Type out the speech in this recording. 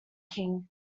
king